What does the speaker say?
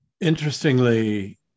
Interestingly